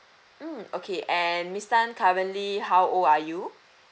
mm okay and miss tan currently how old are you